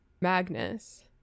Magnus